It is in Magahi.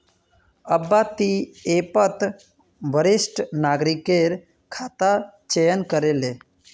अब्बा ती ऐपत वरिष्ठ नागरिकेर खाता चयन करे ले